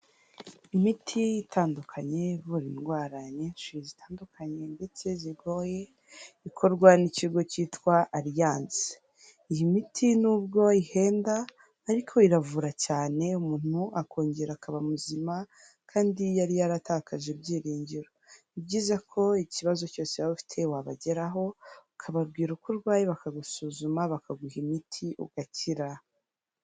Imiti itandukanye ivura indwara nyinshi zitandukanye ndetse zigoye, ikorwa n'ikigo cyitwa Alliance. Iyi miti nubwo ihenda ariko iravura cyane umuntu akongera akaba muzima, kandi yari yaratakaje ibyiringiro. Ni byiza ko ikibazo cyose waba ufite wabageraho ukababwira uko urwaye bakagusuzuma bakaguha imiti ugakira.